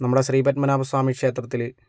നമ്മുടെ ശ്രീപദ്മനാഭസ്വാമി ക്ഷേത്രത്തില്